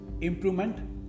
improvement